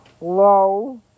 low